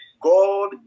God